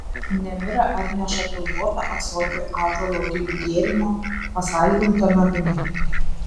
nemira atneša pilvotą ąsotį ąžuolo gilių gėrimo pasaldinto medumi